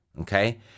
okay